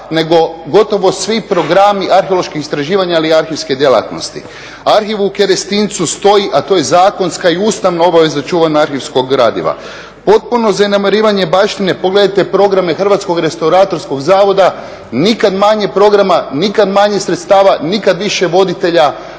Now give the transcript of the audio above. nego gotovo svi programi arheoloških istraživanja, ali i arhivske djelatnosti. Arhiv u Kerestincu stoji, a to je zakonska i Ustavna obaveza čuvanje arhivskog gradiva. Potpuno zanemarivanje baštine, pogledajte programe Hrvatskog restauratorskog zavoda, nikad manje programa, nikad manje sredstava, nikad više voditelja